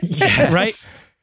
right